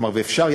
ואפשר,